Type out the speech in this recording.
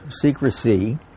secrecy